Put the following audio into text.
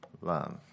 Love